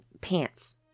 pants